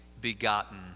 begotten